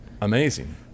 amazing